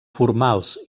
formals